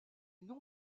non